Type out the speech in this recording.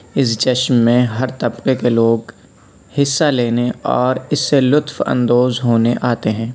اِس جشن میں ہر طبقے کے لوگ حصہ لینے اور اِس سے لطف اندوز ہونے آتے ہیں